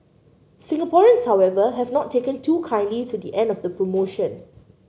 Singaporeans however have not taken too kindly to the end of the promotion